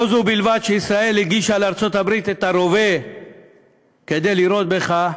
לא זו בלבד שישראל הגישה לארצות-הברית את הרובה כדי לירות בך,